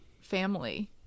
family